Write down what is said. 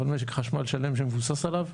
אבל משק חשמל שלם שמבוסס עליו.